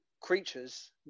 creatures